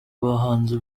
bahanzi